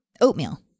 oatmeal